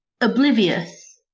oblivious